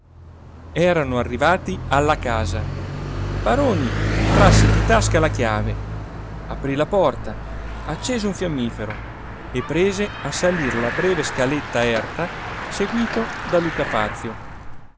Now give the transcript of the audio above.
erano arrivati alla casa paroni trasse di tasca la chiave aprí la porta accese un fiammifero e prese a salir la breve scaletta erta seguito da luca fazio